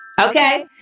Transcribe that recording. Okay